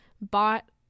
bought